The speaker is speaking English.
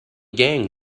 gang